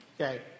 okay